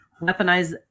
weaponize